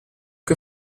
che